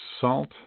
salt